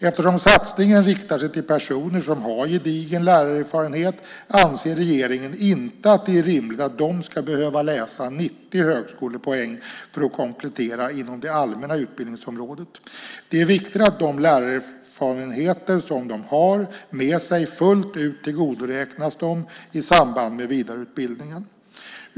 Eftersom satsningen riktar sig till personer som har gedigen lärarerfarenhet anser regeringen inte att det är rimligt att de ska behöva läsa 90 högskolepoäng för att komplettera inom det allmänna utbildningsområdet. Det är viktigt att de lärarerfarenheter som de har med sig fullt ut tillgodoräknas dem i samband med vidareutbildningen.